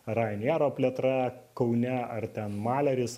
rainiero plėtra kaune ar ten maleris